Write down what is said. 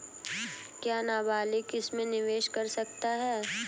क्या नाबालिग इसमें निवेश कर सकता है?